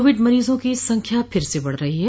Covid मरीजों की संख्या फिर से बढ़ रही है